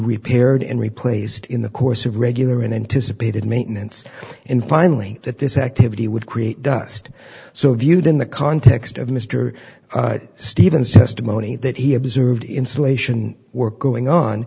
repaired and replaced in the course of regular and anticipated maintenance in finally that this activity would create dust so viewed in the context of mr stevens testimony that he observed installation work going on